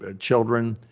ah children.